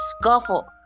scuffle